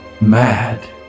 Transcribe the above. mad